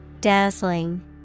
Dazzling